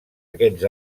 aquests